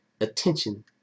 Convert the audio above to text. attention